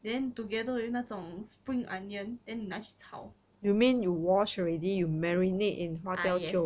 then together with 那种 spring onion and then 你拿去炒 ah yes